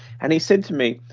and he said to me,